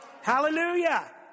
Hallelujah